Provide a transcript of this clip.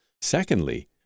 Secondly